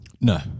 No